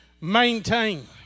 maintain